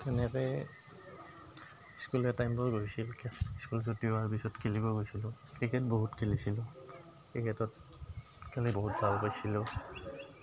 তেনেকেই স্কুলৰ টাইমবোৰ গৈছিল স্কুল ছুটী হোৱাৰ পিছত খেলিব গৈছিলোঁ ক্ৰিকেট বহুত খেলিছিলোঁ ক্ৰিকেটত খেলি বহুত ভাল পাইছিলোঁ